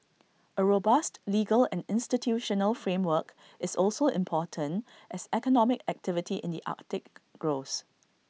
A robust legal and institutional framework is also important as economic activity in the Arctic grows